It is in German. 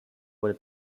wurde